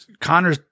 Connor